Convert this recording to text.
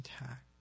intact